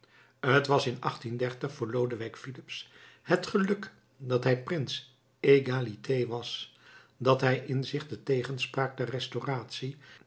t was in voor lodewijk filips het geluk dat hij prins egalité was dat hij in zich de tegenspraak der restauratie